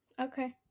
Okay